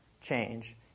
change